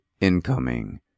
Incoming